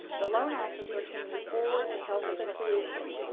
the loan officer can move forward to help with a solution.